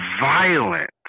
violent